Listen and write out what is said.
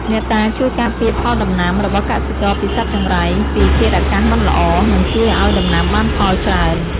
អ្នកតាជួយការពារផលដំណាំ របស់កសិករពីសត្វចង្រៃ ពីធាតុអាកាសមិនល្អ និងជួយឱ្យដំណាំបានផលច្រើន។